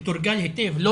מתורגל היטב לא